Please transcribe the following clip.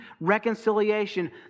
reconciliation